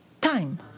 Time